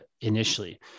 initially